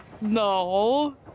no